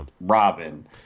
Robin